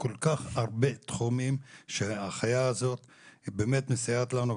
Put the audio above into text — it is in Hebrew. כל כך הרבה תחומים שהחיה הזאת באמת מסייעת לנו,